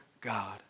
God